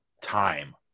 time